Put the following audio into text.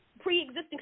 pre-existing